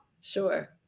Sure